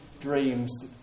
dreams